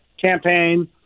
campaign